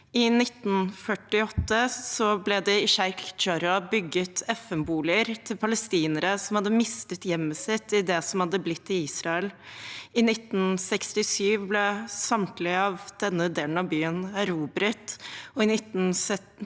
I 1948 ble det i Sheikh Jarrah bygget FNboliger til palestinere som hadde mistet hjemmet sitt i det som hadde blitt til Israel. I 1967 ble denne delen av byen erobret, og i 1972 fikk